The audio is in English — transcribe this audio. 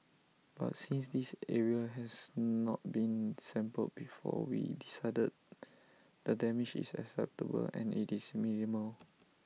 but since this area has not been sampled before we decided the damage is acceptable and IT is minimal